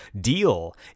deal